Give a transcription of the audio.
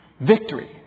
victory